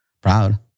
Proud